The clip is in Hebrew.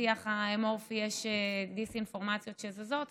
השיח האמורפי יש דיס-אינפורמציות שזזות.